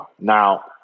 Now